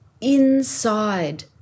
inside